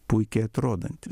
puikiai atrodanti